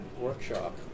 workshop